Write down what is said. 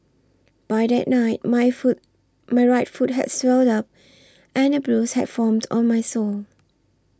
by that night my foot my right foot had swelled up and a bruise had formed on my sole